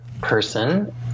person